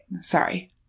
Sorry